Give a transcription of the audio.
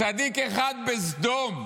צדיק אחד בסדום,